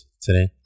today